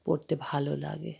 পড়তে ভালো লাগে